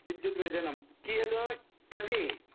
विद्युत् व्यजनं कियद् कति